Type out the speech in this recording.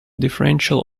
differential